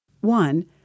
One